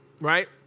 right